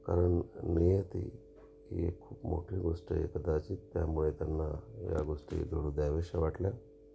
कारण नियती ही खूप मोठी गोष्ट आहे कदाचित त्यामुळे त्यांना या गोष्टी घडू द्याव्याशा वाटल्या